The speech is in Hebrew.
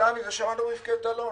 שמענו את מפקדת אלון